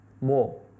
more